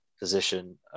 position